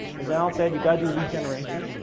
as allen said, you gotta do lead generation.